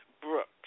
Brooks